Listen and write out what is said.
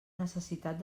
necessitat